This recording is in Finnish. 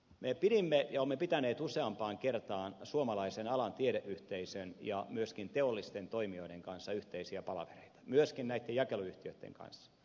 me pidimme ja olemme pitäneet useampaan kertaan suomalaisen alan tiedeyhteisön ja myöskin teollisten toimijoiden kanssa yhteisiä palavereita myöskin näitten jakeluyhtiöitten kanssa